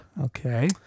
Okay